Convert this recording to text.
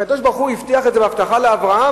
הקדוש-ברוך-הוא הבטיח את זה בהבטחה לאברהם,